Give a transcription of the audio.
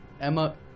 Emma